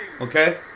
Okay